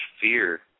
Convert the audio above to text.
fear